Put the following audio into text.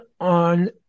on